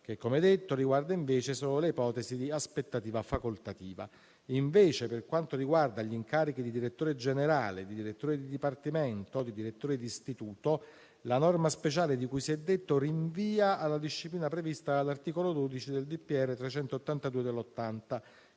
che, come detto, riguarda solo le ipotesi di aspettativa facoltativa. Invece, per quanto riguarda gli incarichi di direttore generale, di direttore di dipartimento o di direttore di istituto, la norma speciale di cui si è detto rinvia alla disciplina prevista dall'articolo 12 del decreto del